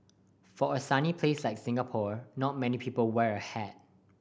for a sunny place like Singapore not many people wear a hat